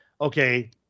Okay